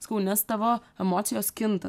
sakau nes tavo emocijos kinta